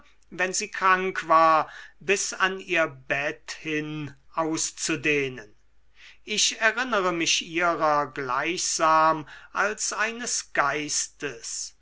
wenn sie krank war bis an ihr bett hin auszudehnen ich erinnere mich ihrer gleichsam als eines geistes